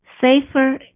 safer